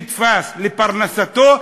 אמרו: מי שנתפס לפרנסתו,